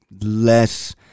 less